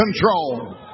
control